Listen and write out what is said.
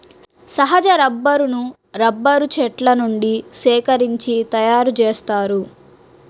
సహజ రబ్బరును రబ్బరు చెట్ల నుండి సేకరించి తయారుచేస్తారు